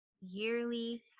yearly